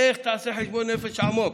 לך תעשה חשבון נפש עמוק.